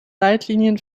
leitlinien